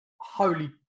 Holy